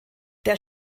der